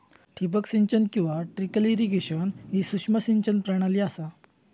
ठिबक सिंचन किंवा ट्रिकल इरिगेशन ही सूक्ष्म सिंचन प्रणाली असा